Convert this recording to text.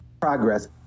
progress